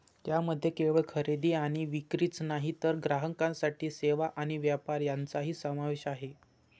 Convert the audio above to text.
यामध्ये केवळ खरेदी आणि विक्रीच नाही तर ग्राहकांसाठी सेवा आणि व्यापार यांचाही समावेश आहे